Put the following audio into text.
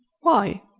why,